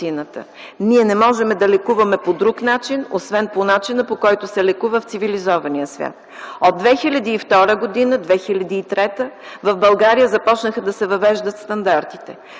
Ние не можем да лекуваме по друг начин, освен по начина, по който се лекува в цивилизования свят. От 2002-2003 г. в България започнаха да се въвеждат стандарти.